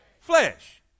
Flesh